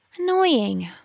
Annoying